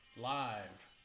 live